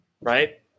right